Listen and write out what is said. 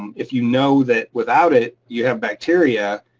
if you know that without it you have bacteria,